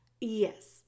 Yes